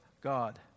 God